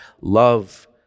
love